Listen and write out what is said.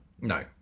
No